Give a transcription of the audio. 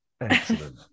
excellent